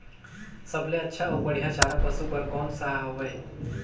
सबले अच्छा अउ बढ़िया चारा पशु बर कोन सा हवय?